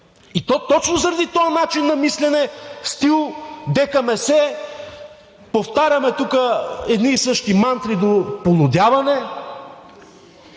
то точно заради този начин на мислене в стил ДКМС. Повтаряме тук едни и същи мантри до полудяване…